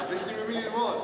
יש לי ממי ללמוד.